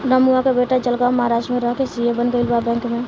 रमुआ के बेटा जलगांव महाराष्ट्र में रह के सी.ए बन गईल बा बैंक में